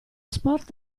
sport